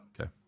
Okay